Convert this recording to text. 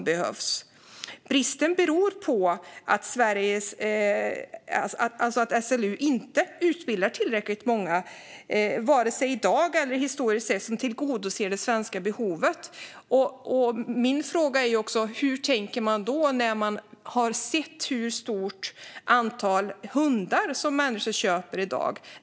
Bristen beror på att SLU inte utbildar tillräckligt många i dag för att tillgodose det svenska behovet och inte har gjort det historiskt sett. Min fråga är: Hur tänker man när man har sett det stora antal hundar som människor köper i dag?